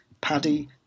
Paddy